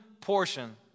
portion